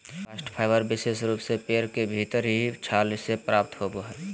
bast fibre विशेष रूप से पेड़ के भीतरी छाल से प्राप्त होवो हय